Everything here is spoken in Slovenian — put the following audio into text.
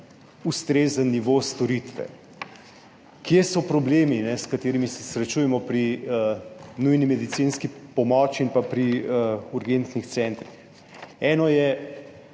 ustrezen nivo storitve. Kje so problemi, s katerimi se srečujemo pri nujni medicinski pomoči in pa pri urgentnih centrih? Eno je